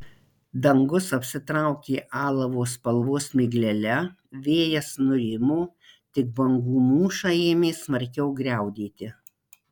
dangus apsitraukė alavo spalvos miglele vėjas nurimo tik bangų mūša ėmė smarkiau griaudėti